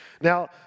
Now